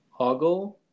Hoggle